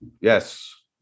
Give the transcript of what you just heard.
Yes